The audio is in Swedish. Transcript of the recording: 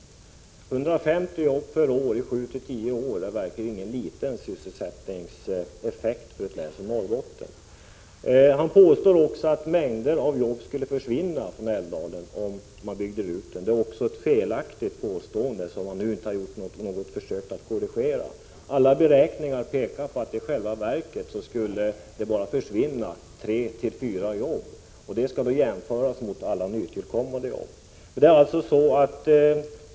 150 jobb per år i sju till åtta år är verkligen ingen liten sysselsättningseffekt för ett län som Norrbotten. Erik Holmkvist påstår också att mängder av jobb skulle försvinna från Älvdalen, om man byggde ut älven. Det är också ett felaktigt påstående som han inte gjort något försök att korrigera. Alla beräkningar pekar på att i själva verket bara tre till fyra jobb skulle försvinna. Det skall då jämföras med alla nytillkommande jobb.